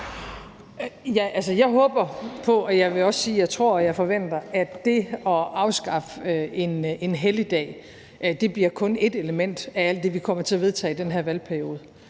jeg håber på – og jeg vil også sige, at jeg tror og forventer det – at det at afskaffe en helligdag kun bliver ét element af alt det, vi kommer til at vedtage i den her valgperiode.